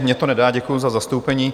Mně to nedá, děkuji za zastoupení.